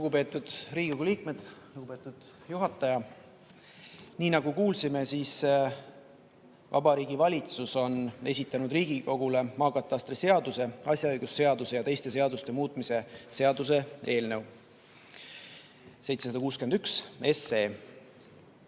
Lugupeetud Riigikogu liikmed! Lugupeetud juhataja! Nii nagu kuulsime, Vabariigi Valitsus on esitanud Riigikogule maakatastriseaduse, asjaõigusseaduse ja teiste seaduste muutmise seaduse eelnõu 761.Eelnõu